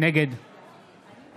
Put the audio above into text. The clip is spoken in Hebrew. נגד אלי